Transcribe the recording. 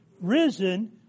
risen